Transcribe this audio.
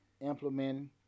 implementing